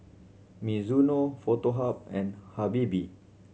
Mizuno Foto Hub and Habibie